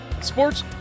sports